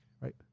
right